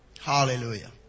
Hallelujah